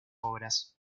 obras